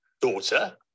daughter